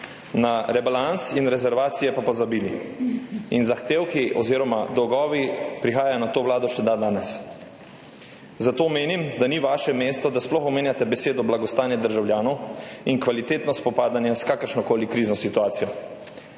na rebalans in rezervacije pa pozabili. Zahtevki oziroma dolgovi prihajajo na Vlado še dandanes. Zato menim, da ni vaše mesto, da sploh omenjate besedo blagostanje državljanov in kvalitetno spopadanje s kakršnokoli krizno situacijo.